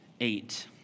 eight